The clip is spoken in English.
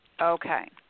Okay